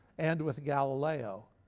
and with galileo.